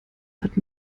that